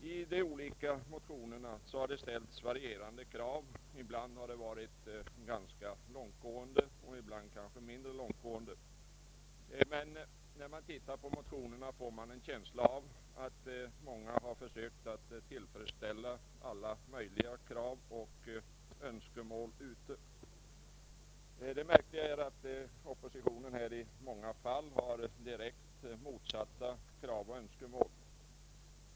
I de olika motionerna har det ställts varierande krav; en del har varit ganska långtgående och en del kanske mindre långtgående. Men när man tittar på motionerna får man en känsla av att många har försökt att tillfredsställa alla möjliga krav och önskemål. Det märkliga är att oppositionen i många fall har direkt motsatta krav och önskemål.